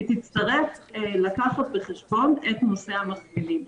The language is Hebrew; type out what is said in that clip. היא תצטרך לקחת בחשבון את נושא המחלימים.